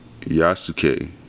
Yasuke